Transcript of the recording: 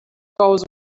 goes